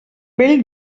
vell